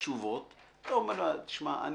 התשובות, אבל יש לי